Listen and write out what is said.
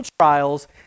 trials